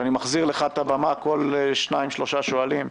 כשאני מחזיר לך את הבמה כל שניים-שלושה שואלים,